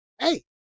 hey